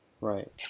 Right